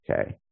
okay